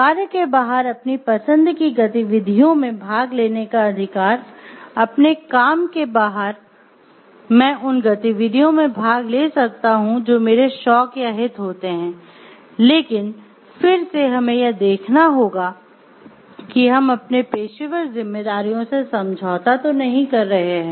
कार्य के बाहर अपनी पसंद की गतिविधियों में भाग लेने का अधिकार अपने काम के बाहर मैं उन गतिविधियों में भाग ले सकता हूं जो मेरे शौक या हित होते हैं लेकिन फिर से हमें यह भी देखना होगा कि हम अपनी पेशेवर जिम्मेदारियों से समझौता तो नहीं कर रहे हैं